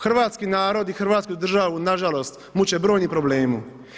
Hrvatski narod i Hrvatsku državu, nažalost, muče brojni problemi.